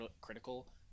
critical